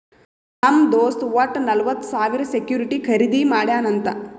ನಮ್ ದೋಸ್ತ್ ವಟ್ಟ ನಲ್ವತ್ ಸಾವಿರ ಸೆಕ್ಯೂರಿಟಿ ಖರ್ದಿ ಮಾಡ್ಯಾನ್ ಅಂತ್